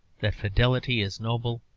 that fidelity is noble,